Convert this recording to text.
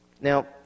Now